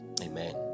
Amen